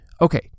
Okay